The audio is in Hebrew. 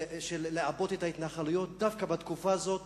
לעבות את ההתנחלויות דווקא בתקופה הזאת.